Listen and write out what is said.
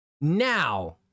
now